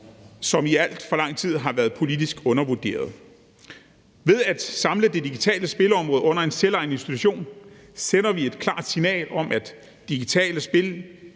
som i alt for lang tid har været politisk undervurderet. Ved at samle det digitale spilområde under en selvejende institution sender vi et klart signal om, at digitale spil